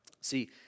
see